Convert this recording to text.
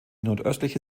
nordöstliche